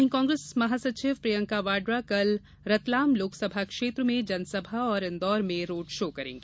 वहीं कांग्रेस महासचिव प्रियंका वाड़ा कल रतलाम लोकसभा क्षेत्र में जनसभा और इन्दौर में रोड शो करेंगी